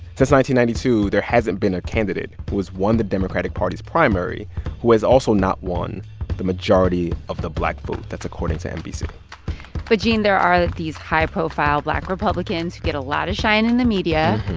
ninety ninety two, there hasn't been a candidate who has won the democratic party's primary who has also not won the majority of the black vote. that's according to nbc but gene, there are these high-profile black republicans who get a lot of shine in the media.